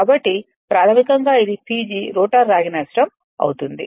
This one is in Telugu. కాబట్టి ప్రాథమికంగా ఇది PG రోటర్ రాగి నష్టం అవుతుంది